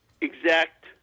exact